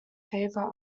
favour